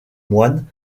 moine